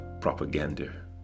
propaganda